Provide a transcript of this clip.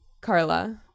Carla